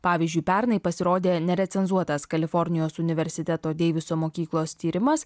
pavyzdžiui pernai pasirodė nerecenzuotas kalifornijos universiteto deiviso mokyklos tyrimas